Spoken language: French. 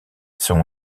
son